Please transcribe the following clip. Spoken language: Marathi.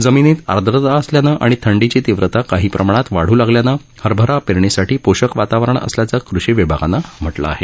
जमिनीत आर्द्रता असल्यानं आणि थंडीची तीव्रता काही प्रमाणात वाटू लागल्यानं हरभरा पेरणीसाठी पोषक वातावरण असल्याचं कृषी विभागानं म्हटलं आहे